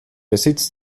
besitz